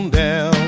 down